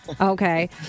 Okay